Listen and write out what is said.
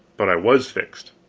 but i was fixed.